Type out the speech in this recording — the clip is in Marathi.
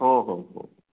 हो हो हो